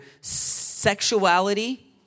sexuality